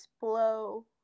blow